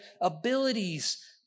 abilities